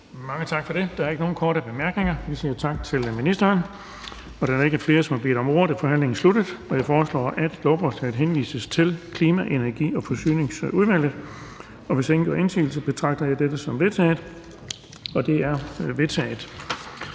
Mange tak for det. Der er ikke nogen korte bemærkninger. Vi siger tak til ministeren. Da der ikke er flere, som har bedt om ordet, er forhandlingen sluttet. Jeg foreslår, at forslaget til folketingsbeslutning henvises til Klima-, Energi- og Forsyningsudvalget. Hvis ingen gør indsigelse, betragter jeg dette som vedtaget. Det er vedtaget.